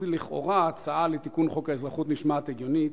אם לכאורה הצעה לתיקון חוק האזרחות נשמעת הגיונית,